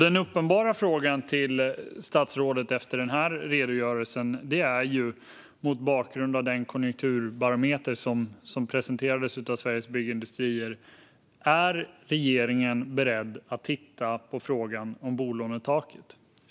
Den uppenbara frågan till statsrådet efter denna redogörelse och mot bakgrund av den konjunkturbarometer som presenterades av Sveriges Byggindustrier är om regeringen är beredd att titta på frågan om bolånetaket.